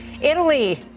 Italy